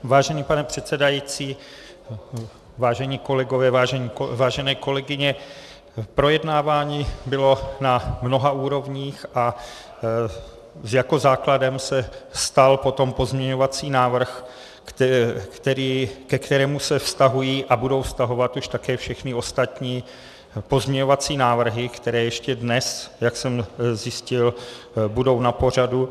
Vážený pane předsedající, vážení kolegové, vážené kolegyně, projednávání bylo na mnoha úrovních a základem se stal potom pozměňovací návrh, ke kterému se vztahují a budou vztahovat už také všechny ostatní pozměňovací návrhy, které ještě dnes, jak jsem zjistil, budou na pořadu.